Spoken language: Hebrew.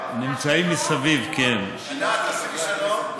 שנמצאים מסביב, ענת, תעשי לי שלום.